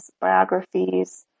biographies